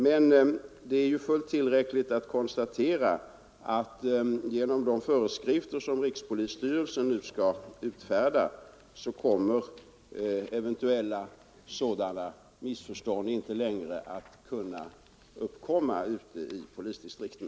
Men det är fullkomligt tillräckligt att konstatera att genom de föreskrifter som rikspolisstyrelsen nu skall utfärda kommer sådana eventuella missförstånd inte längre att kunna uppstå i polisdistrikten.